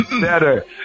better